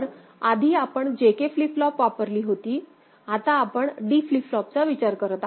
तर आधी आपण JK फ्लिप फ्लॉप वापरली होती आता आपण D फ्लिप फ्लॉपचा विचार करत आहोत